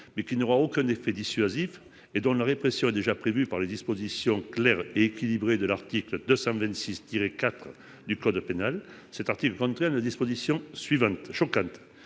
mais qui n'aura aucun effet dissuasif et dont la répression est déjà prévue par les dispositions claires équilibrée de l'article 226 IV du code pénal. Cet article. La disposition suivante choquante.